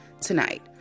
tonight